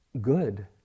good